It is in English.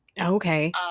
Okay